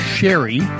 Sherry